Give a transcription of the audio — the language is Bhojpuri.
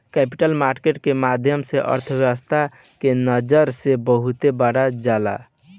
कैपिटल मार्केट के महत्त्व अर्थव्यस्था के नजर से बहुत बढ़ जाला